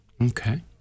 Okay